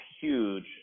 huge